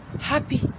happy